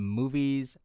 movies